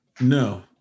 No